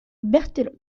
berthelot